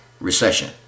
recession